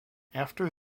after